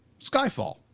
Skyfall